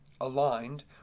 aligned